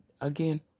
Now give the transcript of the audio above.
again